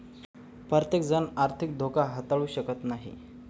प्रत्येकजण आर्थिक धोका हाताळू शकत नाही